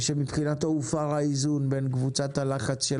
ושמבחינתו הופר האיזון בין קבוצת הלחץ של